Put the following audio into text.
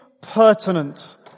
pertinent